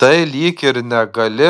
tai lyg ir negali